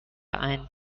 ein